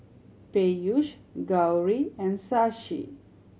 Peyush Gauri and Shashi